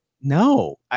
No